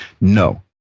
No